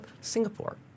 Singapore